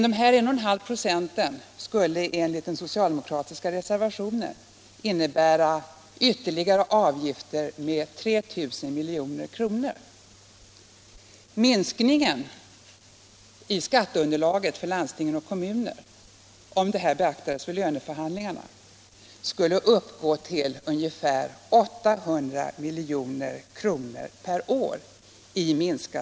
De 1,5 procenten enligt den socialdemokratiska reservationen skulle innebära ytterligare avgifter på 3 000 milj.kr. Om detta förslag beaktas vid löneförhandlingarna, skulle minskningen av landstingens och kommunernas skatteintäkter uppgå till ungefär 800 milj.kr. per år.